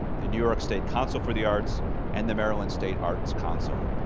the new york state counsel for the arts and the maryland state arts counsel.